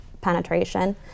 penetration